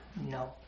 No